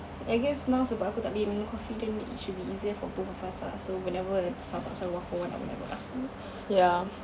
I guess now sebab aku tak boleh minum coffee then it should be easier for both of us ah so whenever Starbucks ada one for one I will never ask you